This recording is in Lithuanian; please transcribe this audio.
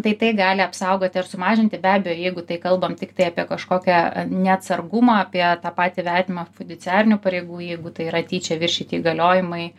tai tai gali apsaugoti ar sumažinti be abejo jeigu tai kalbam tiktai apie kažkokią neatsargumą apie tą patį vertinimą fudiciarinių pareigų jeigu tai yra tyčia viršyti įgaliojimai